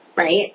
right